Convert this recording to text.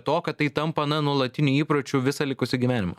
to kad tai tampa na nuolatiniu įpročiu visą likusį gyvenimą